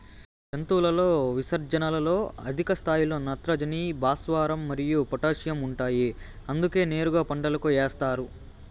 జంతువుల విసర్జనలలో అధిక స్థాయిలో నత్రజని, భాస్వరం మరియు పొటాషియం ఉంటాయి అందుకే నేరుగా పంటలకు ఏస్తారు